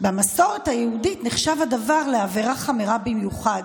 במסורת היהודית נחשב הדבר לעבירה חמורה במיוחד.